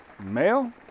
male